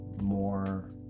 more